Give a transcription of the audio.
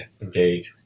indeed